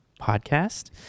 Podcast